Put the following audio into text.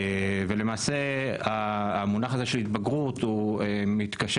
ולמעשה המונח הזה של התבגרות הוא מתקשר